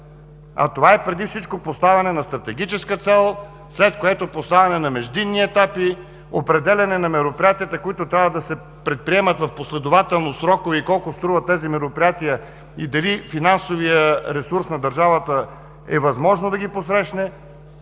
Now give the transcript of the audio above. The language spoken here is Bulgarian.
А това е преди всичко поставяне на стратегическа цел, след което поставяне на междинни етапи, определяне на мероприятията, които трябва да се предприемат в последователни срокове, и колко струват тези мероприятия, и дали финансовият ресурс на държавата е възможно да ги посрещне,